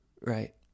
right